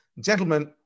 Gentlemen